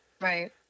Right